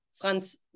Franz